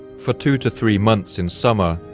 for two to three months in summer,